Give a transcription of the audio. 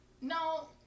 No